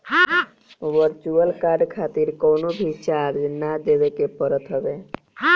virtual card खातिर कवनो भी चार्ज ना देवे के पड़त हवे